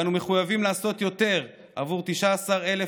ואנו מחויבים לעשות יותר עבור 19,000